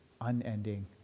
unending